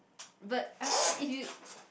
but I mean if you